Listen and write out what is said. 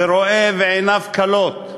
ורואה ועיניו כלות.